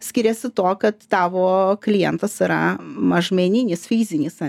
skiriasi tuo kad tavo klientas yra mažmeninis fizinis o